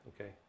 Okay